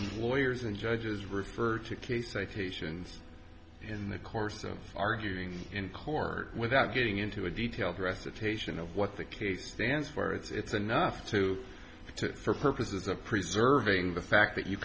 lawyers and judges refer to case a fish and in the course of arguing in court without getting into a detailed recitation of what the case stands for it's enough to to for purposes of preserving the fact that you